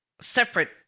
separate